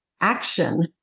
action